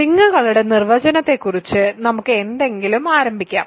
റിങ്ങുകളുടെ നിർവചനത്തെക്കുറിച്ച് നമുക്ക് എന്തെങ്കിലും ആരംഭിക്കാം